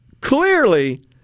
clearly